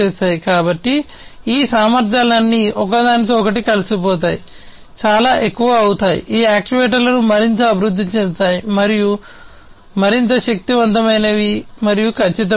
కాబట్టి ఈ సామర్ధ్యాలన్నీ ఒకదానితో ఒకటి కలిసిపోతాయి చాలా ఎక్కువ అవుతాయి ఈ యాక్యుయేటర్లను మరింత అభివృద్ధి చెందుతాయి మరింత శక్తివంతమైనవి మరియు ఖచ్చితమైనవి